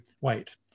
wait